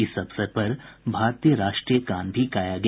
इस अवसर पर भारतीय राष्ट्रीय गान भी गाया गया